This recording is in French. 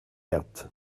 herth